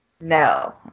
No